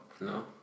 No